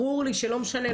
ברור לי שלא משנה,